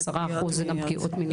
עשרה אחוז זה גם פגיעות מיניות.